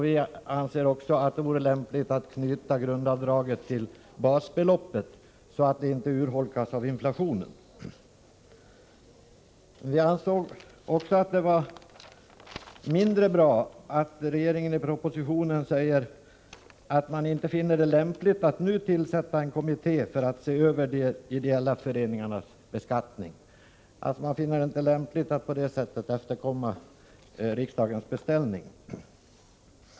Vi anser också att det vore lämpligt att knyta grundavdraget till basbeloppet, så att det inte urholkas av inflationen. Vi anser vidare att det är mindre bra att regeringen i propositionen säger att man inte finner det lämpligt att nu tillsätta en kommitté för att se över de ideella föreningarnas beskattning, att regeringen alltså inte finner det lämpligt att på det sättet efterkomma riksdagens beställning.